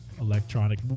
electronic